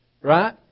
Right